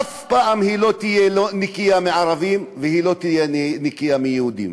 אף פעם היא לא תהיה נקייה מערבים ולא תהיה נקייה מיהודים.